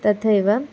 तथैव